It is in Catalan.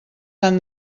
han